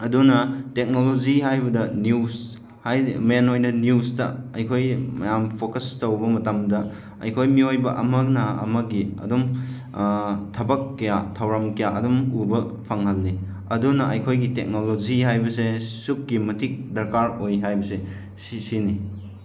ꯑꯗꯨꯅ ꯇꯦꯛꯅꯣꯂꯣꯖꯤ ꯍꯥꯏꯕꯗ ꯅ꯭ꯌꯨꯁ ꯍꯥꯏꯗꯤ ꯃꯦꯟ ꯑꯣꯏꯅ ꯅ꯭ꯌꯨꯁꯇ ꯑꯩꯈꯣꯏꯒꯤ ꯃꯌꯥꯝ ꯐꯣꯀꯁ ꯇꯧꯕ ꯃꯇꯝꯗ ꯑꯩꯈꯣꯏ ꯃꯤꯑꯣꯏꯕ ꯑꯃꯅ ꯑꯃꯒꯤ ꯑꯗꯨꯝ ꯊꯕꯛ ꯀꯌꯥ ꯊꯧꯔꯝ ꯀꯌꯥ ꯑꯗꯨꯝ ꯎꯕ ꯐꯪꯍꯜꯂꯤ ꯑꯗꯨꯅ ꯑꯩꯈꯣꯏꯒꯤ ꯇꯦꯛꯅꯣꯂꯣꯖꯤ ꯍꯥꯏꯕꯁꯦ ꯑꯁꯨꯛꯀꯤ ꯃꯇꯤꯛ ꯗꯦꯔꯀꯥꯔ ꯑꯣꯏ ꯍꯥꯏꯕꯁꯦ ꯁꯤꯁꯤꯅꯤ